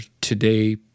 today